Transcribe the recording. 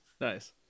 Nice